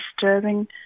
disturbing